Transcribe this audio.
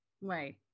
Right